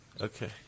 Okay